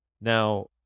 now